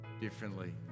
differently